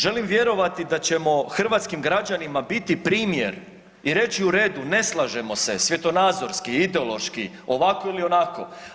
Želim vjerovati da ćemo hrvatskim građanima biti primjer i reći u redu ne slažemo se svjetonazorski, ideološki, ovako ili onako.